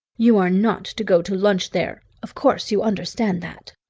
you are not to go to lunch there of course you understand that?